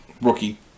rookie